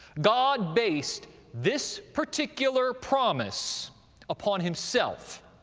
god based this particular promise upon himself.